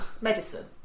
Medicine